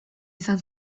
izan